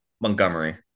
Montgomery